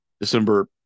December